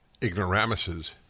ignoramuses